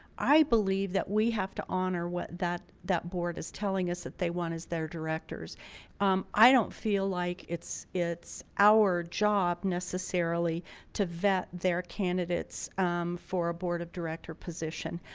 i believe that we have to honor what that that board is telling us that they want as their directors um i don't feel like it's it's our job necessarily to vet their candidates for a board of director position.